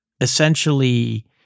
essentially